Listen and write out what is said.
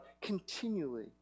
continually